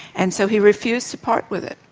and so he refused to part with it,